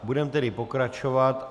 Budeme tedy pokračovat.